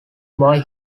boy